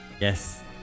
yes